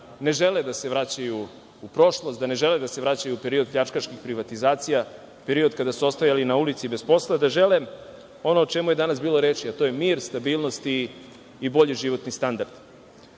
ne žele da se vraćaju u prošlost, da ne žele da se vraćaju u period pljačkaških privatizacija, period kada su ostajali na ulici i bez posla, da žele ono o čemu je danas bilo reči, a to je mir, stabilnost i bolji životni standard. Videćemo